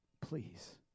Please